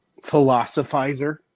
philosophizer